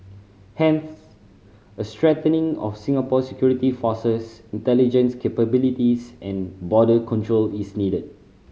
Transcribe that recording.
hence a strengthening of Singapore's security forces intelligence capabilities and border control is needed